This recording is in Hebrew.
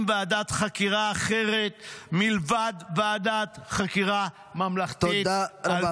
ועדת חקירה אחרת מלבד ועדת חקירה ממלכתית -- תודה רבה.